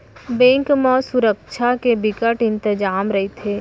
bank म सुरक्छा के बिकट इंतजाम रहिथे